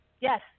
Yes